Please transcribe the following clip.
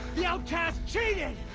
the outcast cheated!